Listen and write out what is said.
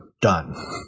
done